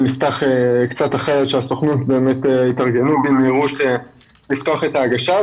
נפתח קצת אחרי שהסוכנות באמת התארגנו במהירות לפתוח את ההגשה.